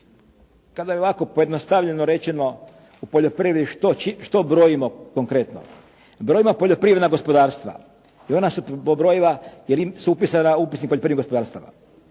kada je ovako pojednostavljeno rečeno u poljoprivredi što brojimo konkretno? Brojimo poljoprivredna gospodarstva i ona su pobrojiva jer su upisana … /Govornik se